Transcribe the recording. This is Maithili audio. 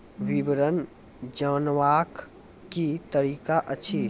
विवरण जानवाक की तरीका अछि?